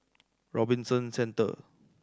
Robinson Centre